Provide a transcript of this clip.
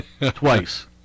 twice